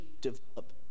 develop